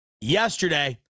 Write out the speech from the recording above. yesterday